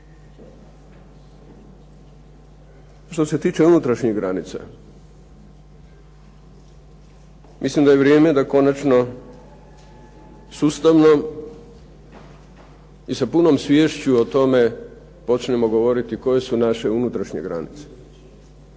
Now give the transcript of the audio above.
Što se tiče unutarnjih granica, mislim da je vrijeme da je konačno sustavno i sa punom sviješću počnemo govoriti o tome koje su naše unutarnje granice,